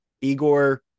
Igor